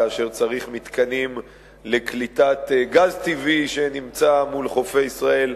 כאשר צריך מתקנים לקליטת גז טבעי שנמצא מול חופי ישראל.